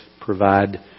provide